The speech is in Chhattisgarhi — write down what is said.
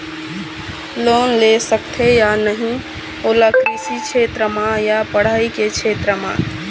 लोन ले सकथे या नहीं ओला कृषि क्षेत्र मा या पढ़ई के क्षेत्र मा?